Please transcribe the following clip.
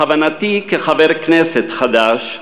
בכוונתי, כחבר כנסת חדש,